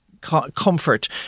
comfort